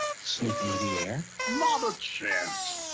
sniffing the air not a chance!